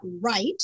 right